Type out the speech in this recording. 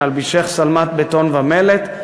מ"נלבישך שלמת בטון ומלט"